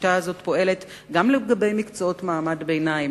מתברר שהשיטה הזו פועלת גם לגבי מקצועות מעמד ביניים,